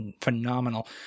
phenomenal